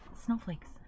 snowflakes